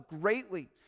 greatly